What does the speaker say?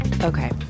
Okay